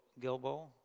Gilbo